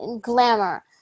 glamour